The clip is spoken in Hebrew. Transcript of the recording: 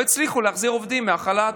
לא הצליחו להחזיר עובדים מהחל"ת.